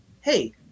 hey